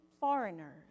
Foreigners